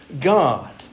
God